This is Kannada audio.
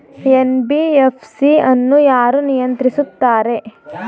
ಎನ್.ಬಿ.ಎಫ್.ಸಿ ಅನ್ನು ಯಾರು ನಿಯಂತ್ರಿಸುತ್ತಾರೆ?